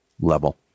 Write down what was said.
level